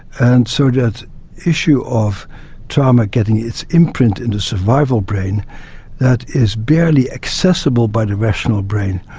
and so that issue of trauma getting its imprint in the survival brain that is barely accessible by the rational brain,